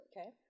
Okay